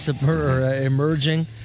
emerging